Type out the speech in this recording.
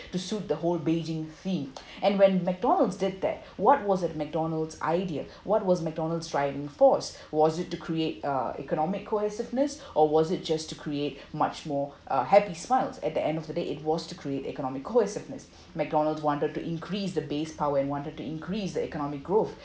to suit the whole beijing theme and when McDonald's did that what was that McDonald's idea what was McDonald's driving force was it to create uh economic cohesiveness or was it just to create much more uh happy smiles at the end of the day it was to create economic cohesiveness McDonald's wanted to increase the based power and wanted to increase the economic growth